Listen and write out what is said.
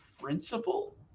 principal